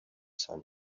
sun